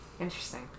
Interesting